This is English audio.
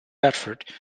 bedford